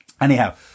anyhow